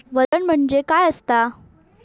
वजन म्हणजे काय असता?